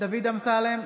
דוד אמסלם,